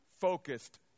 focused